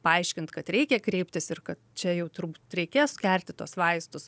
paaiškint kad reikia kreiptis ir kad čia jau turbūt reikės gerti tuos vaistus